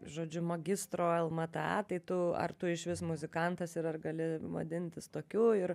žodžiu magistro el me t a tai tu ar tu išvis muzikantas ir ar gali vadintis tokiu ir